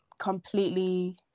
completely